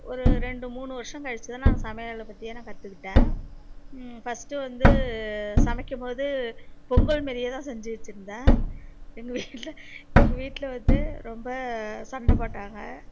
ஒரு ரெண்டு மூணு வருஷோம் கழிச்சு தான் நான் சமையலை பற்றியே நான் கற்றுகிட்டேன் ஃபஸ்ட்டு வந்து சமைக்கும் போது பொங்கல் மாரியே தான் செஞ்சு வச்சுருந்தேன் எங்கள் வீட்டில் எங்கள் வீட்டில் வந்து ரொம்ப சண்டை போட்டாங்க